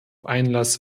einlass